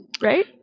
Right